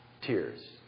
tears